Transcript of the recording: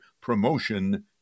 promotion